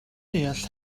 deall